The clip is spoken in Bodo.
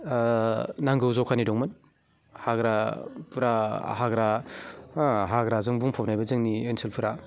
नांगौ जखानि दङमोन हाग्रा फुरा हाग्रा हाग्राजों बुंफबनायमोन जोंनि ओनसोलफोरा